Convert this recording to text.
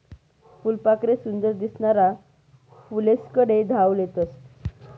फुलपाखरे सुंदर दिसनारा फुलेस्कडे धाव लेतस